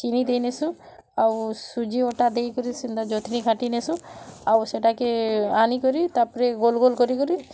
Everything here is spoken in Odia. ଚିନି ଦେଇନେସୁଁ ଆଉ ସୁଜି ଅଟା ଦେଇକରି ସେନ୍ତା ଜନ୍ତ୍ନି ଘାଣ୍ଟିନେସୁଁ ଆଉ ସେଟାକେ ଆନିକରି ତା' ପରେ ଗୋଲ୍ ଗୋଲ୍ କରି କରି